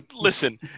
Listen